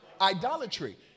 idolatry